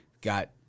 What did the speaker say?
Got